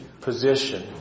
Position